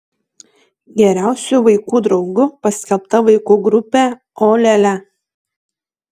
geriausiu vaikų draugu paskelbta vaikų grupė o lia lia